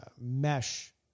mesh